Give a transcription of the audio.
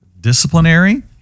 disciplinary